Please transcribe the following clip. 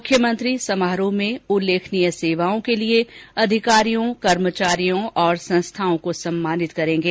मुख्यमंत्री समारोह में उल्लेखनीय सेवाओं के लिए अधिकारियों कर्मचारियों और संस्थाओं को सम्मानित करेंगे